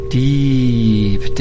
deep